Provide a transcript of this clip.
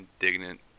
indignant